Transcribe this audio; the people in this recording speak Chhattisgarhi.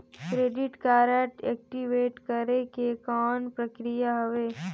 क्रेडिट कारड एक्टिव करे के कौन प्रक्रिया हवे?